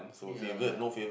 ya lah